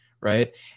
right